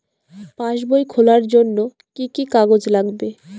পাসবই খোলার জন্য কি কি কাগজ লাগবে?